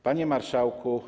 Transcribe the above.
Panie Marszałku!